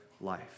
life